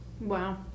wow